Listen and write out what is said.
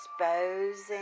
exposing